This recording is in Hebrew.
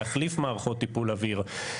להחליף מערכות טיפול אוויר.